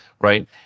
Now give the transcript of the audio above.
right